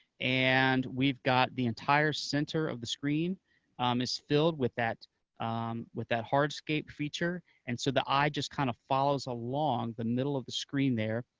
and we've got the entire center of the screen um is filled with that with that hard scape feature, and so the eye just kind of follows along the middle of the screen there,